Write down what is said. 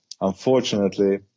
unfortunately